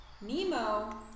Nemo